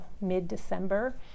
mid-December